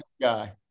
guy